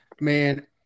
Man